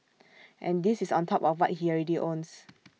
and this is on top of what he already owns